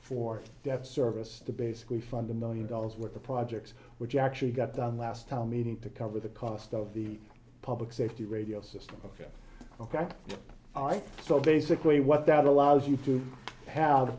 for debt service to basically fundamentally dollars worth of projects which actually got done last time meeting to cover the cost of the public safety radio system ok ok all right so basically what that allows you to have